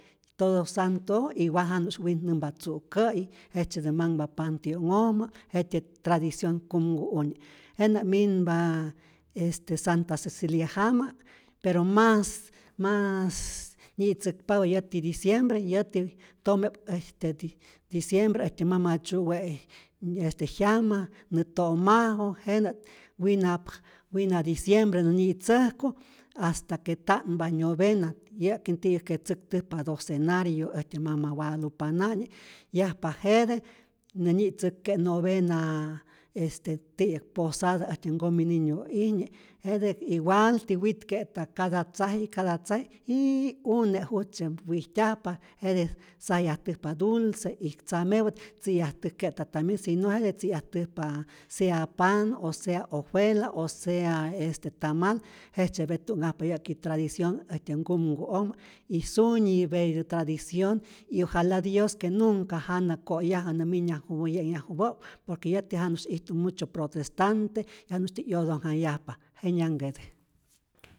Toto santu'oj igual janu'sy witnämpa tzu'kä'yi, jejtzyetä manhpa pantio'nhojmä, jetyät tradicionh kumkuoj, jenä minpa este santa cecilia jama, pero mas mas nyi'tzäkpapä yäti diciembre, yäti tome'p diciembre, äjtyä mama tzyu'we'i este jyama, nä to'maju, jenä' winap wina diciembre nä nyi'tzäjku hasta que ta'npa nyovena, yä'ki ti'yäjke tzäktäjpa docenario äjtyä mama guadalupanapi'k, yajpa jete nä nyi'tzäk'ke novena este ti'yäk posada äjtyä nkomi niñu'ijnye, jete igualti witke'ta cada tzaji', cada tzaji, jiii une' jujtzye wijtyajpa, jete sajyajtäjpa dulce ij tzamepät tzi'yajtäjke'ta tambien, si no jete tzi'yajtäjpa sea panh, o sea ofela o sea este tamal, jejtzyetä sä'nhajpa yä'ki tradicion äjtyä nkumku'ojmä y sunyipe yä tradicion y ojala dios que nunca jana ko'yajä, nä minyaju ye'nhyajupä' por que yäti janusy ijtu mucho protestante, janu'sytyä yotojnhayajpa, jenyanhkä'.